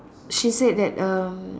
she said that uh